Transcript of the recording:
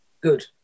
Good